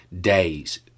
days